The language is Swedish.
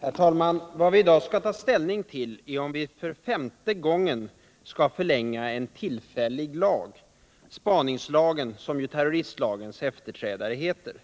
Herr talman! Vi skall i dag ta ställning till om vi för femte gången skall förlänga en lag — spaningslagen, som terroristlagens efterträdare heter